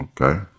Okay